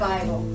Bible